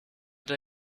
der